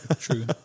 True